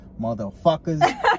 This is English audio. motherfuckers